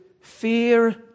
fear